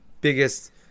biggest